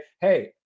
hey